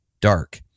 dark